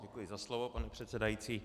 Děkuji za slovo, pane předsedající.